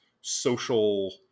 social